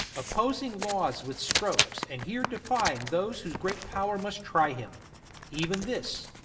opposing laws with strokes, and here defying those whose great power must try him even this,